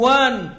one